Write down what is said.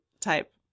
type